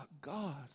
God